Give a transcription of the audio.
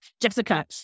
Jessica